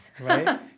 Right